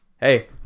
hey